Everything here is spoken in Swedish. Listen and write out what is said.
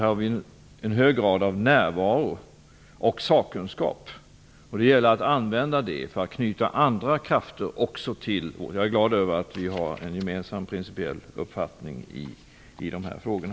Här har vi en hög grad av närvaro och sakkunskap, och det gäller att använda detta för att knyta också andra kontakter till oss. Jag är glad över att vi har en gemensam principiell uppfattning i de här frågorna.